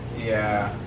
yeah.